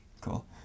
cool